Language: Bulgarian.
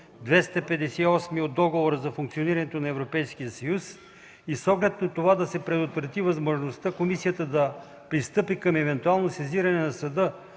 258 от Договора за функционирането на Европейския съюз и с оглед на това да се предотврати възможността комисията да пристъпи към евентуално сезиране на Съда